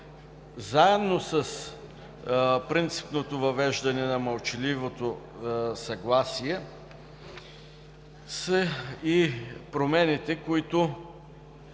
Заедно с принципното въвеждане на мълчаливото съгласие са и промените, които